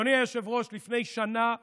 אדוני היושב-ראש, לפני שנה בדיוק,